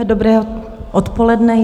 Dobré odpoledne.